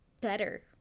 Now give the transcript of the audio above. better